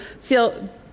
feel